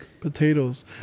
Potatoes